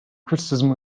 criticism